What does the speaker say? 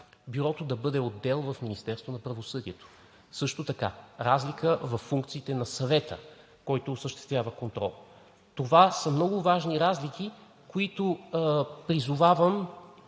правосъдието, също така разлика във функциите на Съвета, който осъществява контрол. Това са много важни разлики, които призовавам,